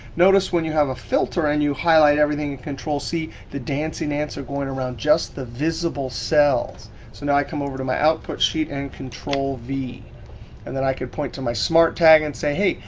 notice, when you have a filter and you highlight everything and control c, the dancing ants are going around just the visible cells. so, now i come over to my output sheet and control v and then i could point to my smart tag and say, hey,